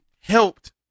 helped